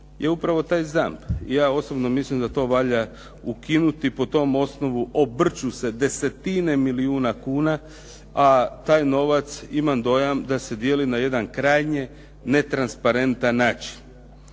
je upravo taj ZAMP i ja osobno mislim da to valja ukinuti, po tom osnovu obrću se desetine milijuna kuna, a taj novac, imamo dojam da se dijeli na jedan krajnje netransparentan način.